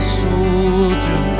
soldier